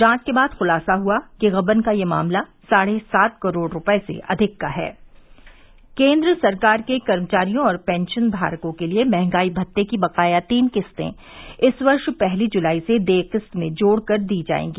जांच के बाद ख्लासा हुआ कि गबन का यह मामला साढ़े सात करोड़ रूपये से अधिक का है केन्द्र सरकार के कर्मचारियों और पेंशनधारकों के लिए महंगाई भत्ते की बकाया तीन किस्तें इस वर्ष पहली जुलाई से देय किस्त में जोड़ कर दी जायेंगी